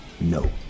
No